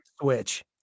Switch